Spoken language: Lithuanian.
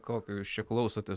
kokio jūs čia klausotės